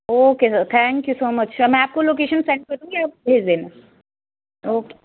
okay sir thank you so much sir ਮੈਂ ਆਪਕੋ location send ਕਰ ਦੂੰਗੀ ਆਪ ਭੇਜ ਦੇਨਾ ਓਕੇ